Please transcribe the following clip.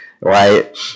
right